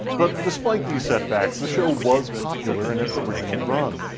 but despite these setbacks, the show was popular in its original run.